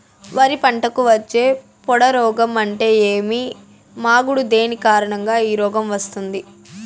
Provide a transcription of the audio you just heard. వరి పంటకు వచ్చే పొడ రోగం అంటే ఏమి? మాగుడు దేని కారణంగా ఈ రోగం వస్తుంది?